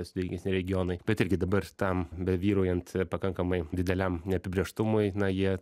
sudėtingesni regionai bet irgi dabar tam bevyraujant pakankamai dideliam neapibrėžtumui na jie